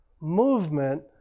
movement